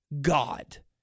god